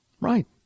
Right